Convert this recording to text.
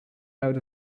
out